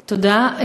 תודה.